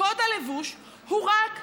קוד הלבוש הוא רק לבנות.